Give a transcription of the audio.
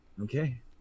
Okay